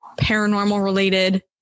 paranormal-related